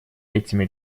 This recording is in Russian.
этими